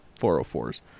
404s